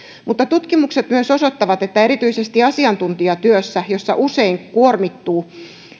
tutkimukset myös osoittavat että erityisesti asiantuntijatyössä jossa usein kuormittuu